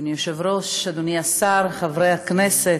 אדוני היושב-ראש, אדוני השר, חברי הכנסת,